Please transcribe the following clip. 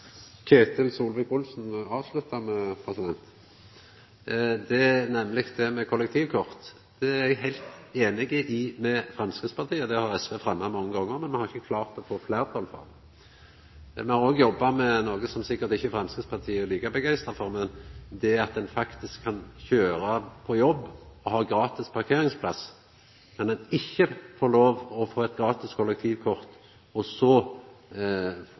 Ketil Solvik-Olsen avslutta med, nemleg dette med kollektivkort. Her er eg heilt einig med Framstegspartiet, og dette har SV fremma mange gonger, men me har ikkje klart å få fleirtal for det. Me har òg jobba med noko som Framstegspartiet sikkert ikkje er like begeistra for – det at ein faktisk kan kjøra til jobb og ha gratis parkeringsplass, men at ein ikkje får lov til å få eit gratis kollektivkort og samtidig ikkje få problem på skatten. Så